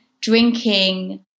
drinking